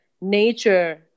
nature